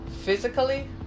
Physically